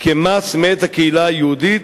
כמס מאת הקהילה היהודית,